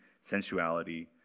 sensuality